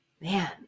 man